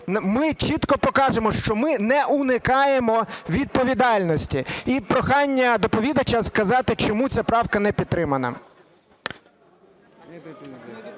ми чітко покажемо, що ми не уникаємо відповідальності. І прохання до доповідача сказати, чому ця правка не підтримана.